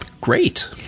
great